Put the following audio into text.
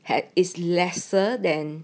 had is lesser than